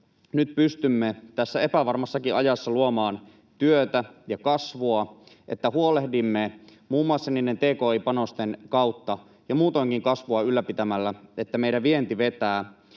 nyt pystymme tässä epävarmassakin ajassa luomaan työtä ja kasvua, että huolehdimme muun muassa niiden tki-panosten kautta ja muutoinkin kasvua ylläpitämällä, että meidän vientimme vetää,